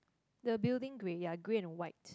the building grill are grey and white